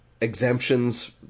exemptions